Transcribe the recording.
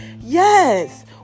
Yes